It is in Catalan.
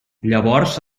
llavors